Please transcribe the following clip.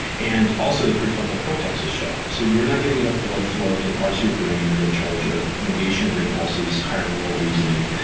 and also the prefrontal cortex is shut off so you're not getting enough blood flow to the parts of your brain that are in charge of negation of impulses, higher moral reasoning,